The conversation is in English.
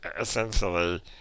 essentially